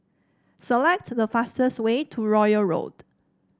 select the fastest way to Royal Road